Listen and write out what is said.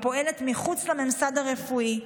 הפועלת מחוץ לממסד הרפואי,